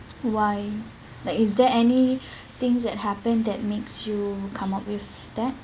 why like is there any things that happened that makes you come out with that